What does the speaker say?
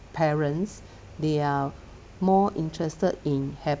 parents they are more interested in have